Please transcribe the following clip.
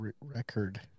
record